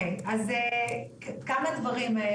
כמה דברים,